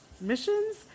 missions